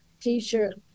T-shirt